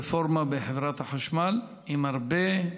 הרפורמה בחברת החשמל, עם הרבה,